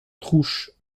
trouche